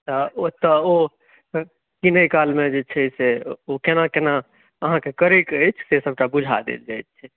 तऽ ओतो ओ कीनय कालमे जे छै से ओ केना केना अहाँके करयके अछि से सभटा बुझा देल जाइत छै